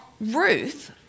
Ruth